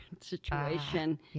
situation